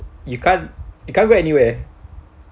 you can't you can't go anywhere